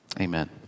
Amen